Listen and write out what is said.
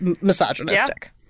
misogynistic